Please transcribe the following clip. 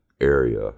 area